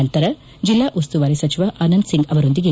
ನಂತರ ಜಿಲ್ಲಾ ಉಸ್ತುವಾರಿ ಸಚಿವ ಆನಂದಸಿಂಗ್ ಅವರೊಂದಿಗೆ